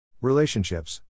Relationships